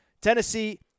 Tennessee